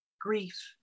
Grief